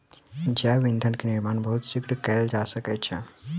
जैव ईंधन के निर्माण बहुत शीघ्र कएल जा सकै छै